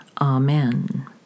Amen